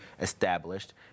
established